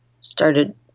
started